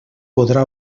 podrà